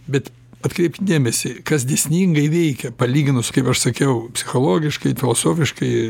bet atkreipk dėmesį kas dėsningai veikia palyginus kaip aš sakiau psichologiškai filosofiškai